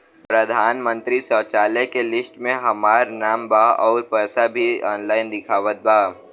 प्रधानमंत्री शौचालय के लिस्ट में हमार नाम बा अउर पैसा भी ऑनलाइन दिखावत बा